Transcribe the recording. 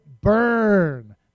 burn